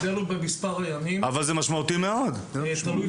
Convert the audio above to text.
זה תלוי